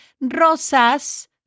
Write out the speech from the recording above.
rosas